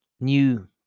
new